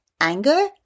anger